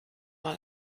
mal